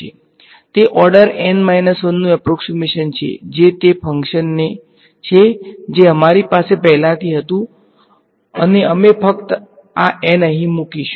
તે order N 1 નું approximation છે જે તે ફંક્શન છે જે અમારી પાસે પહેલાથી હતું અને અમે ફક્ત આ N અહીં મૂકીશું